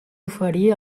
oferir